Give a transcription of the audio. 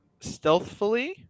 stealthfully